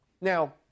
Now